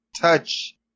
touch